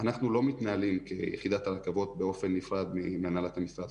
אנחנו לא מתנהלים כיחידת הרכבות באופן נפרד מהנהלת המשרד,